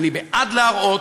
אני בעד להראות,